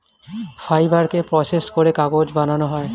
ফাইবারকে প্রসেস করে কাগজ বানানো হয়